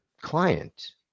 client